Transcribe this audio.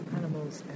animals